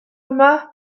yma